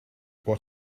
what